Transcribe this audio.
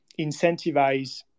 incentivize